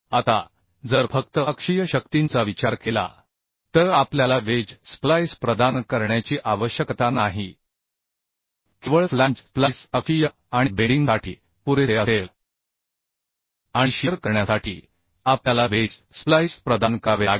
आता जर फक्त अक्षीय शक्तींचा विचार केला तर आपल्याला वेज स्प्लाइस प्रदान करण्याची आवश्यकता नाही केवळ फ्लॅंज स्प्लाइस अक्षीय आणि बेन्डीगसाठी पुरेसे असेल आणि शिअर करण्यासाठी आपल्याला वेज स्प्लाईस प्रदान करावे लागेल